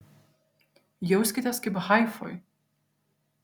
jauskitės kaip haifoj